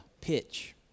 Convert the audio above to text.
Pitch